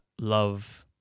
love